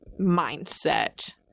mindset